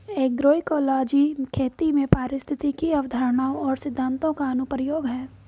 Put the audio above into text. agroecology खेती में पारिस्थितिक अवधारणाओं और सिद्धांतों का अनुप्रयोग है